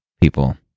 people